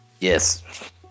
Yes